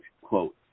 Quote